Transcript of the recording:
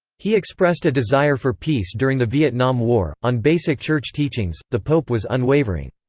he expressed a desire for peace during the vietnam war on basic church teachings, the pope was unwavering.